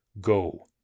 Go